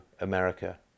America